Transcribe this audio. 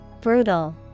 Brutal